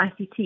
ICT